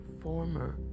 former